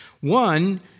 One